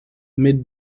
mid